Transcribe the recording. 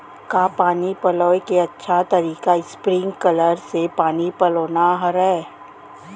का पानी पलोय के अच्छा तरीका स्प्रिंगकलर से पानी पलोना हरय?